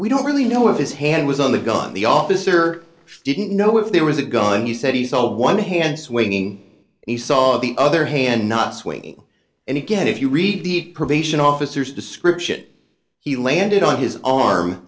we don't really know if his hand was on the gun the officer didn't know if there was a gun he said he saw one hand swinging he saw the other hand not swinging and again if you read the probation officers description he landed on his arm